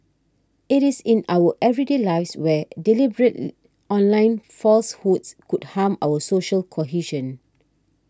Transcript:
it is in our everyday lives where deliberate online falsehoods could harm our social cohesion